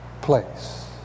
place